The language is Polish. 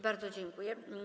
Bardzo dziękuję.